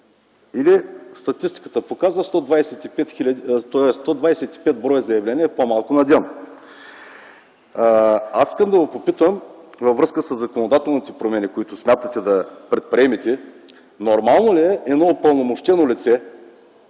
Статистиката показва – 125 броя заявления по-малко на ден. Искам да Ви попитам във връзка със законодателните промени, които искате да предприемете – нормално ли е едно упълномощено лице,